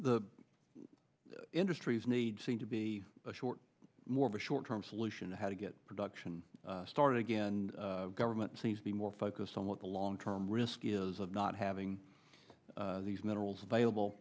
the industries need seem to be short more of a short term solution to how to get production started again government seems to be more focused on what the long term risk is of not having these minerals available